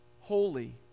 Holy